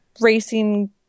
...racing